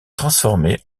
transformée